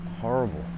horrible